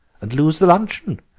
and lose the luncheon.